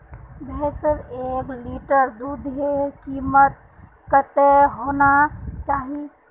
भैंसेर एक लीटर दूधेर कीमत कतेक होना चही?